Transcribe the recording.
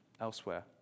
elsewhere